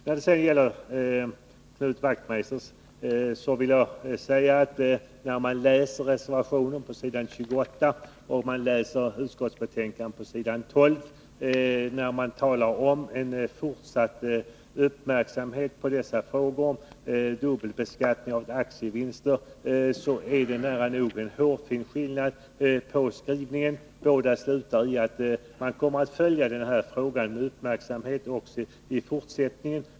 När det sedan gäller Knut Wachtmeister vill jag säga att det är en närmast hårfin skillnad mellan skrivningarna i reservationen på s. 28 och i majoritetsskrivningen på s. 12 i betänkandet, när det gäller fortsatt uppmärksamhet på frågorna om dubbelbeskattning och aktievinster. Båda slutar med att man kommer att följa dessa frågor med uppmärksamhet också i fortsättningen.